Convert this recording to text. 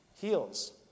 heals